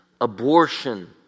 abortion